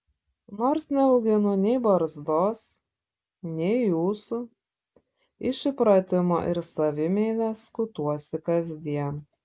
nors neauginu nei barzdos nei ūsų iš įpratimo ir savimeilės skutuosi kasdien